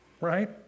Right